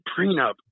prenup